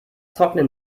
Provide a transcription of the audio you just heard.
trocknen